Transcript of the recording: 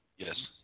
Yes